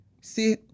See